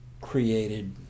created